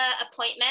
appointment